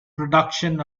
production